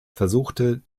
versuchte